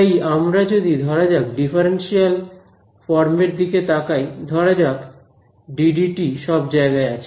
তাই আমরা যদি ধরা যাক ডিফারেন্সিয়াল ফর্ম এর দিকে তাকাই ধরা যাক ddt সব জায়গায় আছে